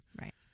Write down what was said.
Right